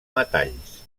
metalls